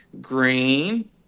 green